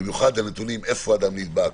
במיוחד איפה אדם נדבק.